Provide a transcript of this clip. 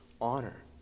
honor